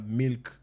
milk